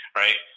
right